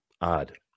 odd